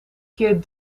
keer